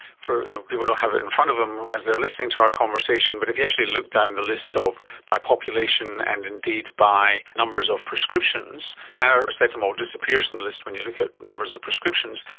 people don't have it in front of them as they are listening to our conversation, but if you actually look down the list of by population and indeed by numbers of prescriptions, paracetamol disappears from the list when you look at numbers of prescriptions,